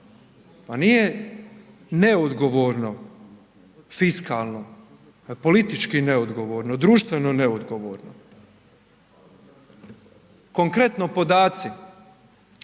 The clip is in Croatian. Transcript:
a nije neodgovorno fiskalno, politički neodgovorno, društveno neodgovorno. Konkretno podaci,